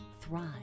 thrive